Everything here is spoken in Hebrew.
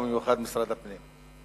ובמיוחד משרד הפנים.